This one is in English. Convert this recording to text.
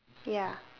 ya